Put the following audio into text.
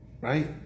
right